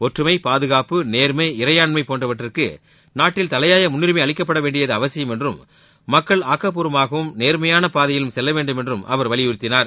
ஒற்றுமை பாதுகாப்பு நேர்னம இறையாண்மை போன்றவற்றுக்கு நாட்டில் தலையாய முன்னுரிமை அளிக்கப்படவேண்டியது அவசியம் என்றும் மக்கள் ஆக்கப்பூர்வமாகவும் நேர்மறையான பாதையிலும் செல்லவேண்டும் என்றும் அவர் வலியுறுத்தினார்